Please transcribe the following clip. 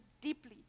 deeply